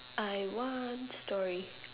I want story